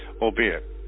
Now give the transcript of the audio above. albeit